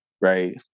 right